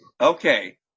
Okay